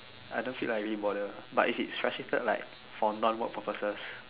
I don't feel like I really bother but if it's frustrated like for non-work purposes